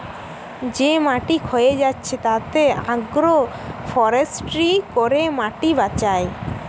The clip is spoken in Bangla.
যে মাটি ক্ষয়ে যাচ্ছে তাতে আগ্রো ফরেষ্ট্রী করে মাটি বাঁচায়